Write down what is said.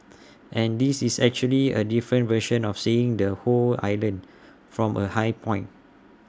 and this is actually A different version of seeing the whole island from A high point